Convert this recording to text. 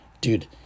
Dude